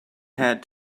had